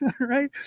Right